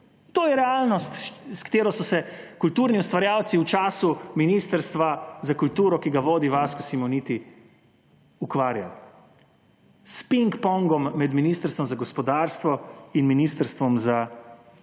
To je realnost, s katero so se kulturni ustvarjalci v času Ministrstva za kulturo, ki ga vodi Vasko Simoniti, ukvarjali. S pingpongom med Ministrstvom za gospodarstvo in Ministrstvom za kulturo,